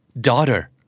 Daughter